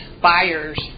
buyers